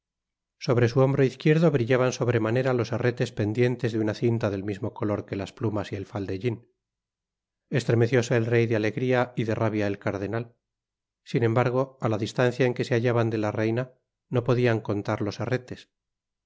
sobre su hombro izquierdo brillaban sobremanera los herretes pendientes de una cinta del mismo color que las plumas y el faldellin estremecióse el rey de alegria y de rabia el cardenal sin embargo á la distancia en que se hallaban de la reina no podian contar los herretes